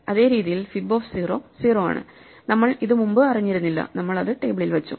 അതേ രീതിയിൽ fib of 0 0 ആണ് നമ്മൾ ഇത് മുമ്പ് അറിഞ്ഞിരുന്നില്ല നമ്മൾ അത് ടേബിളിൽ വച്ചു